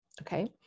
okay